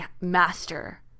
master